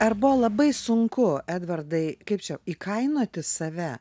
ar buvo labai sunku edvardai kaip čia įkainoti save